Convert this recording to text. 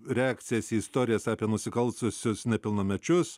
reakcijas į istorijas apie nusikaltusius nepilnamečius